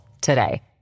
today